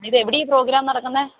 ഇത് എവിടെയാണ് ഈ പ്രോഗ്രാം നടക്കുന്നത്